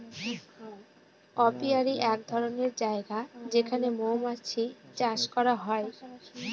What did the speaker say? apiary এক ধরনের জায়গা যেখানে মৌমাছি চাষ করা হয়